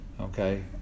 okay